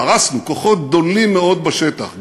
פרסנו כוחות גדולים מאוד בשטח,